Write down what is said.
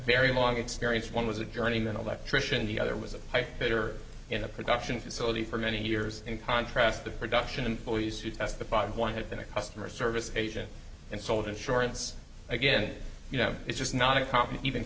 very long experience one was a journeyman electrician the other was a pipefitter in a production facility for many years in contrast the production employees who testified one had been a customer service agent and sold insurance again you know it's just not a common even